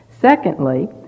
secondly